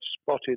spotted